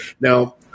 Now